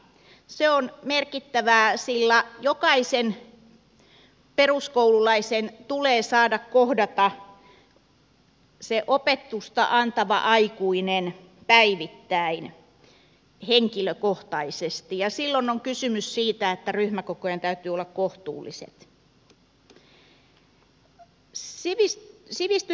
se on merkittävää sillä jokaisen peruskoululaisen tulee saada kohdata se opetusta antava aikuinen päivittäin henkilökohtaisesti ja silloin on kysymys siitä että ryhmäkokojen täytyy olla kohtuulliset